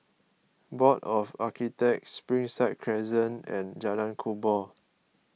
Board of Architects Springside Crescent and Jalan Kubor